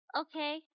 Okay